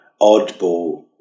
oddball